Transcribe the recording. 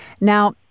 Now